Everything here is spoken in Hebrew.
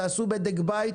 תעשו בדק בית